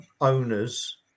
owners